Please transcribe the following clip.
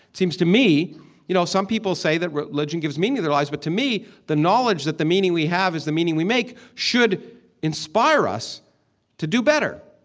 seems to me you know, some people say that religion gives meaning to their lives, but to me, the knowledge that the meaning we have is the meaning we make should inspire us to do better.